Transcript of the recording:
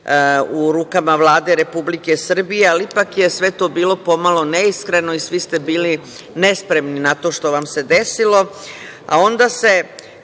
u rukama Vlade Republike Srbije, ali ipak je sve to bilo pomalo neiskreno i svi ste bili nespremni na to što vam se desilo,